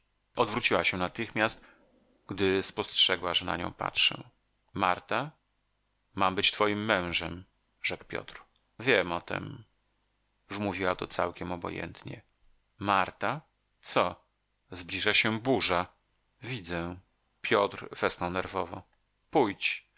nienawiść odwróciła się natychmiast gdy spostrzegła że na nią patrzę marta mam być twoim mężem rzekł piotr wiem o tem wymówiła to całkiem obojętnie marta co zbliża się burza widzę piotr westchnął nerwowo pójdź